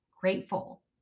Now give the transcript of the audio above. grateful